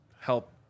help